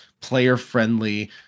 player-friendly